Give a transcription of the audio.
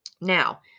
Now